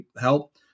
help